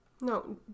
No